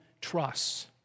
trusts